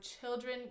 children